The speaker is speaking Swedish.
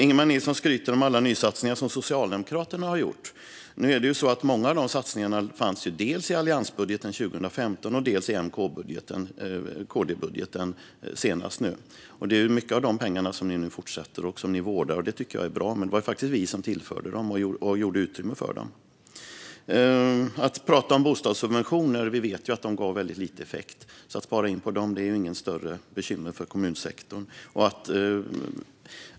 Ingemar Nilsson skryter om alla nysatsningar som Socialdemokraterna har gjort. Nu är det ju så att många av de satsningarna fanns dels i alliansbudgeten 2015 och dels i M-KD-budgeten nu senast. Det är mycket av de pengarna som ni fortsätter vårda. Det tycker jag är bra, men det var ju faktiskt vi som tillförde dem och gjorde utrymme för dem. Pratar vi bostadssubventioner vet vi ju att de gav väldigt lite effekt, så att spara in på dem är inget större bekymmer för kommunsektorn.